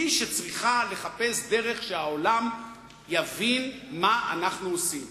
היא שצריכה לחפש דרך שהעולם יבין מה אנחנו עושים.